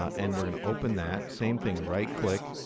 and we're going to open that. same thing right click,